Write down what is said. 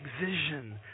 vision